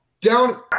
Down